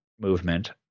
movement